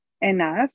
enough